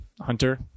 Hunter